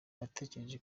natekereje